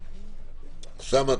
אוסאמה,